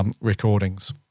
recordings